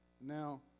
Now